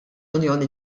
unjoni